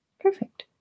Perfect